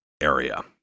area